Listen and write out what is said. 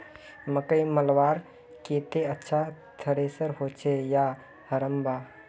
मकई मलवार केते अच्छा थरेसर होचे या हरम्बा?